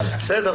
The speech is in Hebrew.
בסדר.